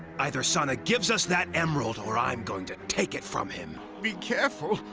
either sonic gives us that emerald or i'm going to take it from him. be careful.